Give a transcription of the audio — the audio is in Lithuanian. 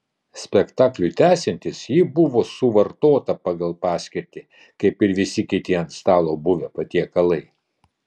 spektakliui tęsiantis ji buvo suvartota pagal paskirtį kaip ir visi kiti ant stalo buvę patiekalai